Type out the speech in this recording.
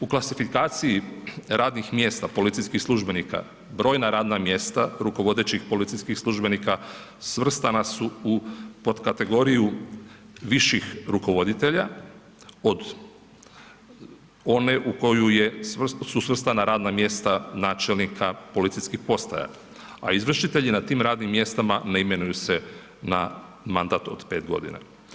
U klasifikaciji radnih mjesta policijskih službenika brojna radna mjesta rukovodećih policijskih službenika svrstana su u potkategoriju viših rukovoditelja od one u koju je, su svrstana radna mjesta načelnika policijskih postaja, a izvršitelji na tim radnim mjestima ne imenuju se na mandat od 5 godina.